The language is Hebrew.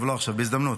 לא עכשיו, בהזדמנות.